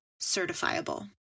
certifiable